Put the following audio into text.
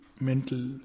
mental